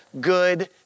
good